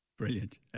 Brilliant